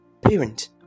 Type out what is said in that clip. parent